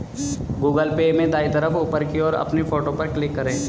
Google pay में दाएं तरफ ऊपर की ओर अपनी फोटो पर क्लिक करें